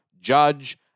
judge